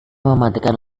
mematikan